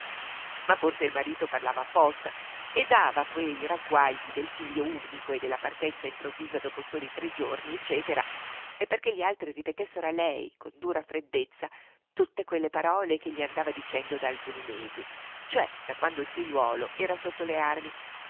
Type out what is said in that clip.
ma forse il marito parlava apposta e dava quei ragguagli del figlio unico e della partenza improvvisa dopo tre soli giorni ecc perché gli altri ripetessero a lei con dura freddezza tutte quelle parole ch'egli andava dicendo da alcuni mesi cioè da quando il figliuolo era sotto le armi